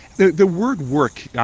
the the word work yeah